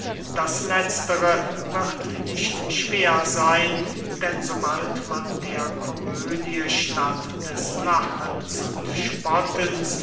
das letztere wird nicht schwer seyn denn sobald man der komödie statt des lachens und spottens